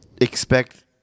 expect